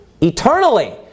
eternally